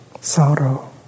sorrow